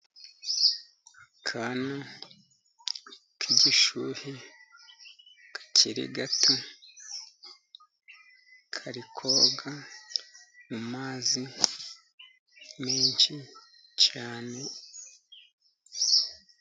Akana k'igishuhe kakiri gato, kari koga mu mazi menshi cyane.